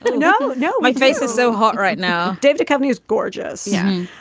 but no. no. my face is so hot right now david, a company is gorgeous. yeah.